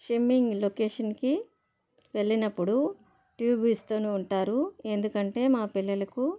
షిమ్మింగ్ లొకేషన్కి వెళ్ళినప్పుడు ట్యూబ్ ఇస్తూనే ఉంటారు ఎందుకంటే మా పిల్లలకు